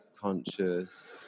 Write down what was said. conscious